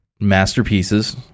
masterpieces